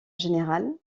général